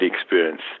experience